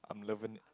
I'm loving it